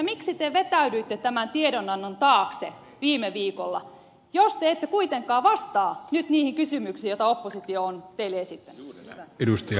miksi te vetäydyitte tämän tiedonannon taakse viime viikolla jos te ette kuitenkaan vastaa nyt niihin kysymyksiin joita oppositio on teille esittänyt